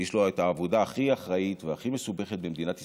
יש לו את העבודה הכי אחראית והכי מסובכת במדינת ישראל,